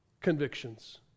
convictions